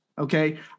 Okay